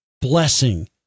blessing